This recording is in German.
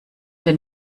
denn